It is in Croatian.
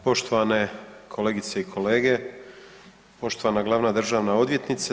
Poštovane kolegice i kolege, poštovana glavna državna odvjetnice.